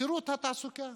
שירות התעסוקה